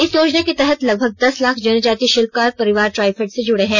इस योजना के तहत लगभग दस लाख जनजातीय शिल्पकार परिवार ट्राइफेड से जुड़े हैं